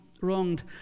wronged